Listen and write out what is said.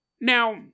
Now